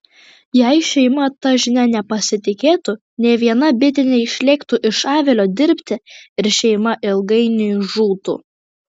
jei šeima ta žinia nepasitikėtų nė viena bitė neišlėktų iš avilio dirbti ir šeima ilgainiui žūtų